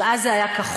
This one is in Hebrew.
אבל אז זה היה כחול,